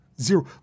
Zero